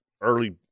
early